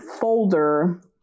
folder